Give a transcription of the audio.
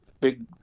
big